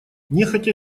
нехотя